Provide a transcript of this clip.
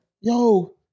yo